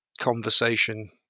conversation –